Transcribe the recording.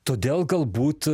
todėl galbūt